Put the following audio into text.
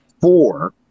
four